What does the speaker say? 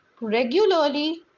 regularly